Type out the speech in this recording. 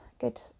good